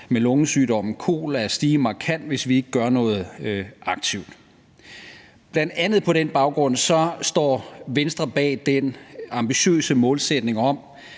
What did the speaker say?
med lungesygdommen kol at stige markant, hvis vi ikke gør noget aktivt. Bl.a. på den baggrund står Venstre bag den ambitiøse målsætning om